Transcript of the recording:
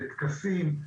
טקסים,